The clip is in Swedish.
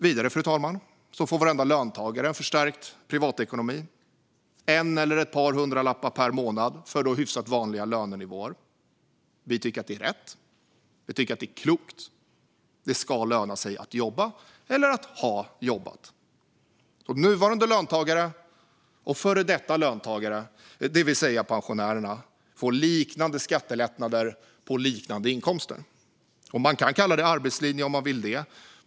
Vidare, fru talman, får varenda löntagare en förstärkt privatekonomi, en eller ett par hundralappar per månad för hyfsat vanliga lönenivåer. Vi tycker att det är rätt, och vi tycker att det är klokt. Det ska löna sig att jobba eller att ha jobbat. Nuvarande löntagare och före detta löntagare, det vill säga pensionärerna, får alltså liknande skattelättnader på liknande inkomster. Man kan kalla det arbetslinje om man vill.